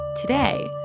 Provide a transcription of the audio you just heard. Today